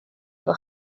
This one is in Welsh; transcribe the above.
efo